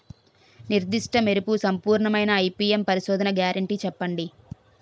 నిర్దిష్ట మెరుపు సంపూర్ణమైన ఐ.పీ.ఎం పరిశోధన గ్యారంటీ చెప్పండి?